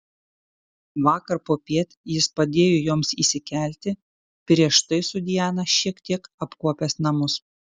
vakar popiet jis padėjo joms įsikelti prieš tai su diana šiek tiek apkuopęs namus